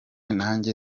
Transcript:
nanjye